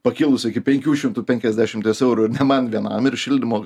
pakilus iki penkių šimtų penkiasdešimties eurų ne man vienam ir šildymo